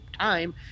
time